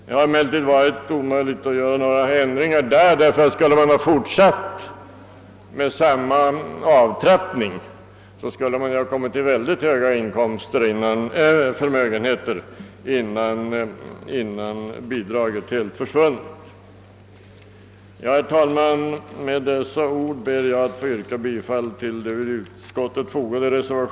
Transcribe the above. Det har dock varit omöjligt att föreslå någon ändring, eftersom man med samma avtrappning skulle ha kommit upp till mycket stora förmögenheter innan bidraget helt försvunnit.